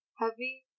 Heavy